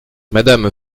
madame